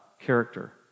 character